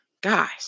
guys